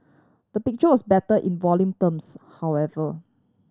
the picture was better in volume terms however